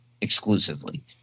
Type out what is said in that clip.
exclusively